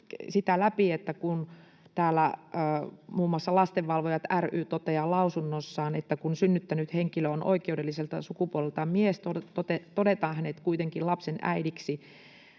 sitä läpi, niin täällä muun muassa Lastenvalvojat ry toteaa lausunnossaan, että kun synnyttänyt henkilö on oikeudelliselta sukupuoleltaan mies, todetaan hänet kuitenkin lapsen äidiksi,